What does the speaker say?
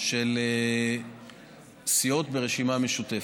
של סיעות ברשימה משותפת.